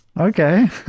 okay